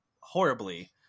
horribly